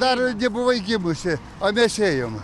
dar nebuvai gimusi a mes ėjom